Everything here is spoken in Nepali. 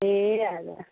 ए हजुर हजुर